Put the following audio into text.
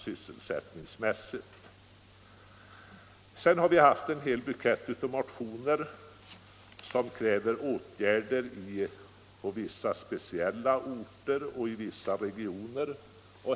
Vi har haft att behandla en hel bukett av motioner som kräver åtgärder på vissa speciella orter och i vissa regioner.